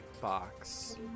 box